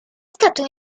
stato